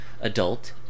adult